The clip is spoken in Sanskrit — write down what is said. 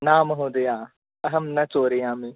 न महोदया अहं न चोरयामि